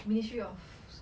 ministry of s~